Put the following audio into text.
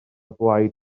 blaid